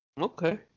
okay